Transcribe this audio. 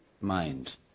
mind